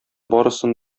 барысын